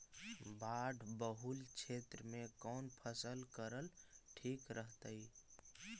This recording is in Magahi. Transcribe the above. बाढ़ बहुल क्षेत्र में कौन फसल करल ठीक रहतइ?